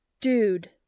Dude